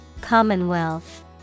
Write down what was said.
Commonwealth